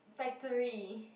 Factorie